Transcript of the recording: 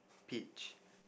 peach